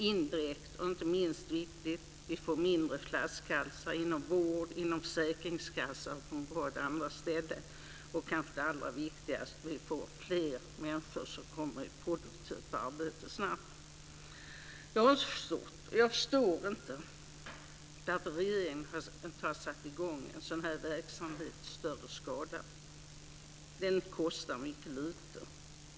Inte minst viktigt är att vi får färre flaskhalsar inom vården, inom försäkringskassan och på en rad andra ställen. Det allra viktigaste är kanske att fler människor snabbt kommer i produktivt arbete. Jag förstår inte varför regeringen inte har satt i gång en sådan verksamhet i större skala. Den kostar mycket lite.